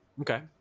Okay